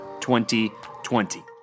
2020